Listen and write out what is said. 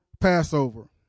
Passover